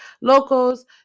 locals